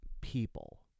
people